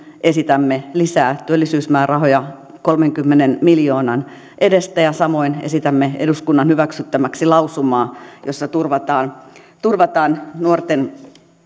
esitämme lisää työllisyysmäärärahoja kolmenkymmenen miljoonan edestä ja samoin esitämme eduskunnan hyväksyttäväksi lausumaa jossa turvataan turvataan nuorten